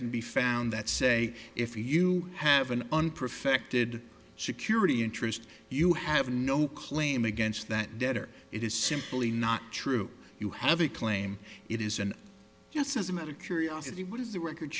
can be found that say if you have an unprotected security interest you have no claim against that debtor it is simply not true you have a claim it is and yes as a matter of curiosity what is the record